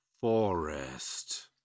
Forest